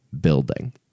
building